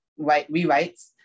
rewrites